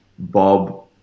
Bob